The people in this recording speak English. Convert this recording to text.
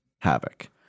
havoc